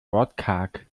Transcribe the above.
wortkarg